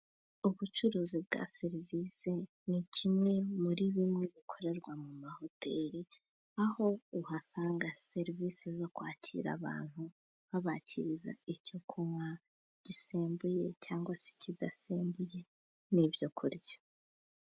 Ubucuruzi bwa serivise ni kimwe muri bimwe bikorerwa mu mahoteri, aho uhasanga serivise zo kwakira abantu babakiriza icyo kunywa gisembuye, cyangwa se ikidasembuye n'ibyo kurya.